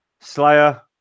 slayer